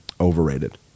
overrated